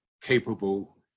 capable